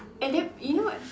at that you know